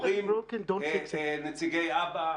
אומרים נציגי א.ב.א,